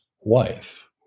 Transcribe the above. wife